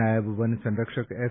નાયબ વન સંરક્ષક એસ